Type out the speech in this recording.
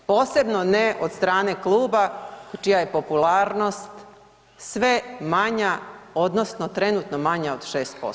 Posebno ne od strane kluba čija je popularnost sve manja, odnosno trenutno manja od 6%